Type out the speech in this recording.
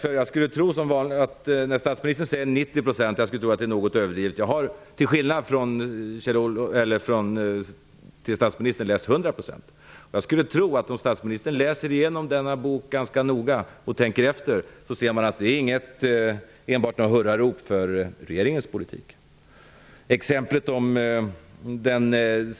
Statsministern säger att han kan hålla med om 90 % av det som står i boken. Jag skulle tro att det är något överdrivet. Jag har till skillnad från statsministern läst 100 %. Jag skulle tro att statsministern ser att det inte enbart är hurrarop för regeringens politik om han läser igenom boken och tänker efter ganska noga.